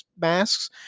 masks